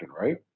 right